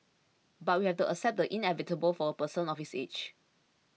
but we have to accept the inevitable for a person of his age